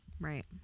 right